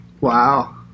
Wow